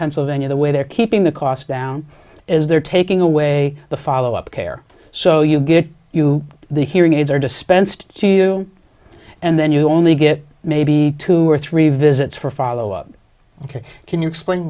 pennsylvania the way they're keeping the costs down is they're taking away the follow up care so you get you the hearing aids are dispensed to and then you only get maybe two or three visits for follow up ok can you explain